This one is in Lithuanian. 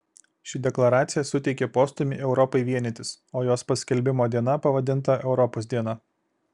ši deklaracija suteikė postūmį europai vienytis o jos paskelbimo diena pavadinta europos diena